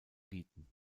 bieten